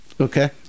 Okay